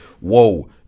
whoa